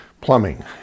plumbing